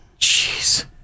Jeez